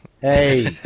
Hey